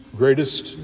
greatest